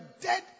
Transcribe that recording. dead